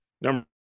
number